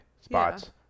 spots